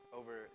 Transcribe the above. over